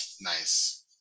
Nice